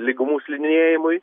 lygumų slidinėjimui